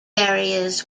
areas